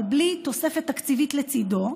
אבל בלי תוספת תקציבית לצידו,